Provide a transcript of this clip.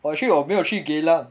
but actually 我没有去 geylang